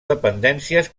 dependències